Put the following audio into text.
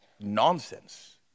nonsense